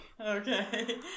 Okay